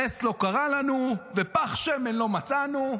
נס לא קרה לנו ופח שמן לא מצאנו.